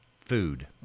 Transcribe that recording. food